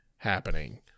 happening